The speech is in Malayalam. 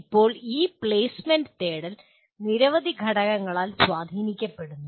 ഇപ്പോൾ ഈ പ്ലെയ്സ്മെന്റ് തേടൽ നിരവധി ഘടകങ്ങളാൽ സ്വാധീനിക്കപ്പെടുന്നു